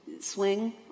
swing